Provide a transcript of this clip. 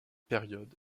période